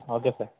okay sir